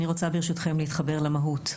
אני רוצה ברשותכם להתחבר למהות,